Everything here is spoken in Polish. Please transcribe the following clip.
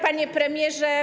Panie Premierze!